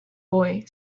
boy